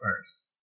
first